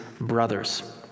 brothers